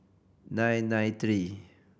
nine nine three